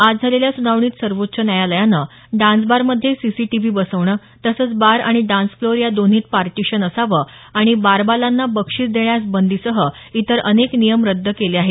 आज झालेल्या सुनावणीत सर्वोच्च न्यायालयानं डान्सबारमध्ये सीसीटीव्ही बसवणं तसंच बार आणि डान्स फ्लोर या दोन्हीत पार्टीशन असावं आणि डान्सगर्लना बक्षीस देण्यास बंदीसह इतर अनेक नियम रद्द केले आहेत